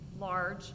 large